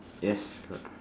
yes correct